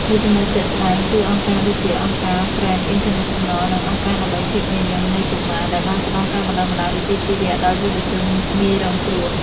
ឧទាហរណ៍ជាក់ស្តែងគឺអង្គការដូចជា អង្គការ ហ្វ្រេនអ៉ីនធឺណាសិនណល និងអង្គការដើម្បីភាពញញឹមនៃកុមារ ដែលបានផ្តល់ការបណ្តុះបណ្តាលវិជ្ជាជីវៈដល់យុវជនងាយរងគ្រោះ។